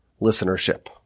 listenership